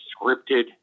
scripted